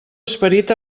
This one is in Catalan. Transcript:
esperit